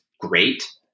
great